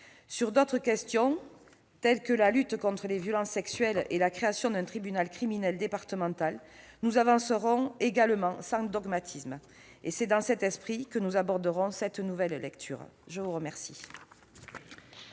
Sur d'autres questions, comme la lutte contre les violences sexuelles et la création d'un tribunal criminel départemental, nous avancerons également sans dogmatisme. C'est dans cet esprit que nous abordons cette nouvelle lecture. La parole